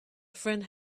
friend